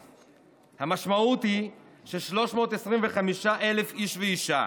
המשמעות היא ש-325,000 איש ואישה